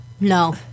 No